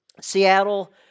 Seattle